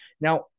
Now